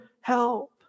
help